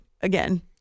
again